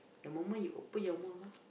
the moment you open your mouth ah